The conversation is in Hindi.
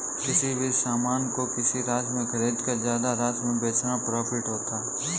किसी भी सामान को किसी राशि में खरीदकर ज्यादा राशि में बेचना प्रॉफिट होता है